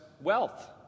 wealth